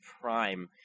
Prime